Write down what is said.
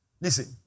listen